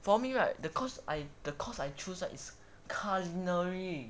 for me right the course I the course I choose is culinary